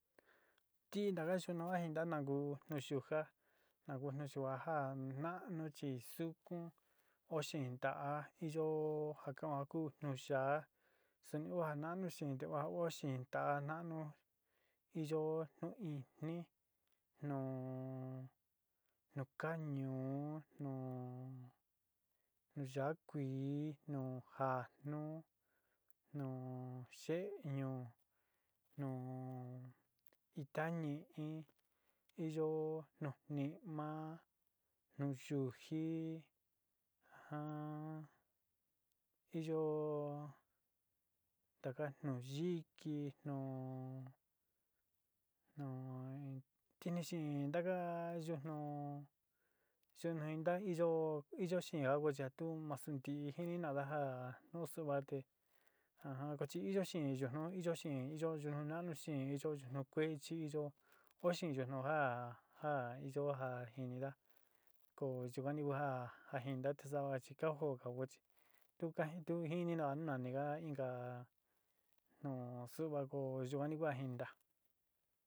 Nti ntaka yunu ka jinta na ku nuyujá, ja ku nuyuja ja na'anu chi sukun oó xeén ntaá iyo ja kan'ó ja ku nuyaá suni ió ja nánu xeén te oó´xeén ntaá ja na'anu iyo nuijtní, nu kanio, nuyaá kuí, nu jánu, nu xeeñu, nu itna nií, iyo nuni'ima. nuyujií iyo taka nuyiki, nu nu kini xeen ntaka yutnu suni nta iyo iyo xeen ja ku chi atu ma su ntijin naada jaá óó sua te chi iyo xeén yujtnú iyo xeén iyo yujtnu naánu xeén iyo yujtnu kuechi iyo kua xeen yujtnu já já iyo ja jinidaá ko yuan ni ku ja jindaa te sava chi ka joo tu jinina nu nániga inka nu suva ko yuani ku ja jindaá.